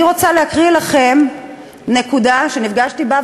אני רוצה להקריא לכם נקודה שנפגשתי בה,